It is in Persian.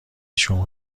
شما